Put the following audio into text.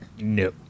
no